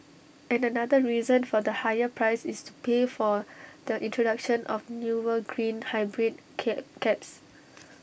and another reason for the higher price is to pay for the introduction of newer green hybrid cab cabs